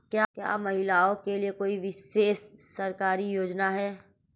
क्या महिलाओं के लिए कोई विशेष सरकारी योजना है?